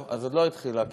אז מחדש.